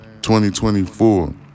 2024